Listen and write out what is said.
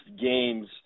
games